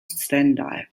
stendal